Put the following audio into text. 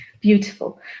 beautiful